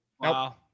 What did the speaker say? Wow